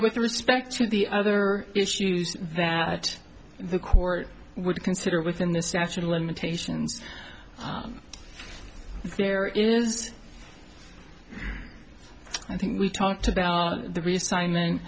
with respect to the other issues that the court would consider within the statute of limitations if there is i think we talked about the resign